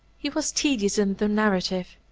he was tedious in the narrative,